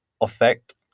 effect